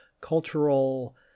cultural